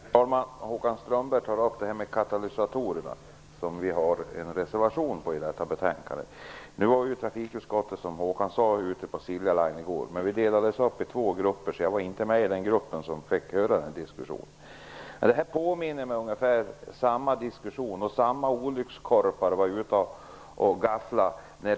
Herr talman! Håkan Strömberg tar upp frågan om katalysatorer, som vi har en reservation om till detta betänkande. Vi i trafikutskottet var, som Håkan Strömberg sade, på Silja Line i går. Vi delades där upp i två grupper, och jag var inte med i den grupp som hörde den här diskussionen. Det påminner mig om diskussionen om katalysatorer på bilar, när olyckskorparna var ute och gafflade.